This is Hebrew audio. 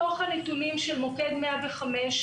מתוך הנתונים של מוקד 105,